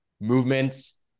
movements